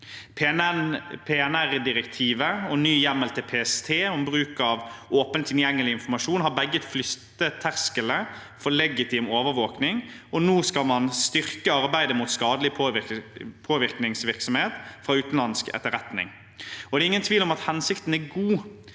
PNR-direktivet og ny hjemmel til PST om bruk av åpent tilgjengelig informasjon har begge flyttet terskelen for legitim overvåkning, og nå skal man styrke arbeidet mot skadelig påvirkningsvirksomhet fra utenlandsk etterretning. Det er ingen tvil om at hensikten er god,